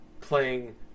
playing